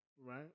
right